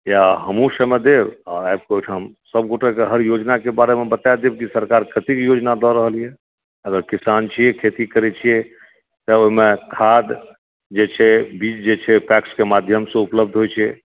या हमहुँ समय देब आ आबि कऽ ओहिठाम सभगोटेके हर योजनाके बारेमे बता देब कि सरकार कतेक योजना दय रहल यऽ अगर किसान छी खेती करै छियै तब ओहिमे खाद्य जे छै बीज जे छै से पैक्सके माध्यमसँ उपलब्ध होइ छै